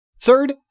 Third